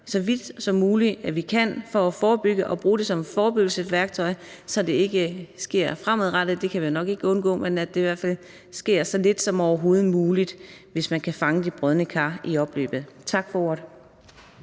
så vidt, det er muligt – ved at forebygge og bruge det som et forebyggelsesværktøj – at det ikke sker fremadrettet. Det kan vi nok ikke undgå, men vi kan i hvert fald sikre, at det sker så lidt som overhovedet muligt, hvis man kan fange de brodne kar i opløbet. Tak for ordet.